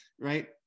right